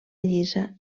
llisa